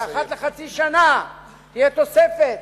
שאחת לחצי שנה תהיה תוספת